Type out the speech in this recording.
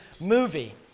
movie